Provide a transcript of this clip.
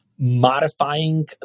modifying